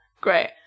Great